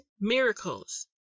miracles